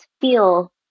feel